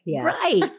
Right